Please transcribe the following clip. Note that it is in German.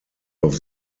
auf